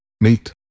Meet